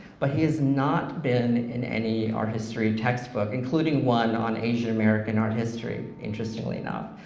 but he has not been in any art history textbook including one on asian american art history, interestingly not,